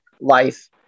life